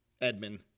Edmund